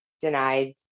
denied